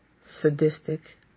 sadistic